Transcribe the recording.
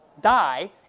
Die